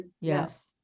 Yes